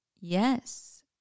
Yes